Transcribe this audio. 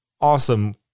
awesome